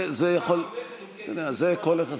זה יכול, סחר-מכר עם כסף, זה בסדר.